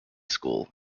school